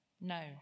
No